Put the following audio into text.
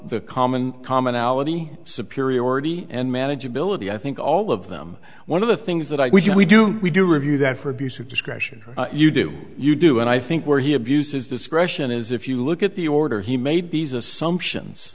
the common commonality superiority and manageability i think all of them one of the things that i would you know we do we do review that for abuse of discretion you do you do and i think where he abused his discretion is if you look at the order he made these assumptions